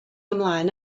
ymlaen